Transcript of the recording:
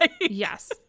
Yes